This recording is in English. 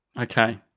Okay